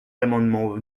l’amendement